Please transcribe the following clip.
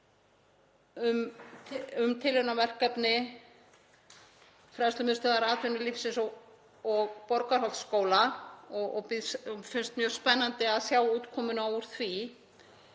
um tilraunaverkefni Fræðslumiðstöðvar atvinnulífsins og Borgarholtsskóla, og finnst mjög spennandi að sjá útkomuna úr því.